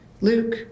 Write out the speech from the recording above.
Luke